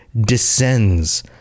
descends